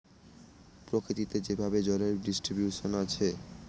প্রকৃতিতে যেভাবে জলের ডিস্ট্রিবিউশন আছে